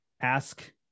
ask